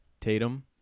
Tatum